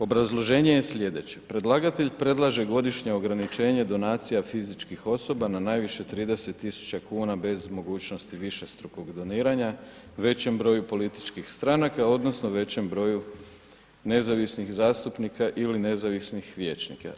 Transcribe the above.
Obrazloženje je sljedeće, predlagatelj predlaže godišnje ograničenje donacija fizičkih osoba na najviše 30 tisuća kuna bez mogućnosti višestrukog doniranja većem broju političkih stranaka, odnosno većem broju nezavisnih zastupnika ili nezavisnih vijećnika.